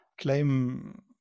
claim